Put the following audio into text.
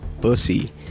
Bussy